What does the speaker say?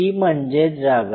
ती म्हणजे जागा